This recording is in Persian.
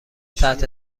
تحت